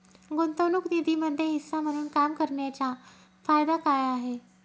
गुंतवणूक निधीमध्ये हिस्सा म्हणून काम करण्याच्या फायदा काय आहे?